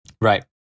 Right